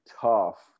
tough